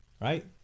right